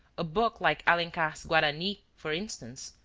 a book like alencar's guarany, for instance,